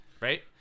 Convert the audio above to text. right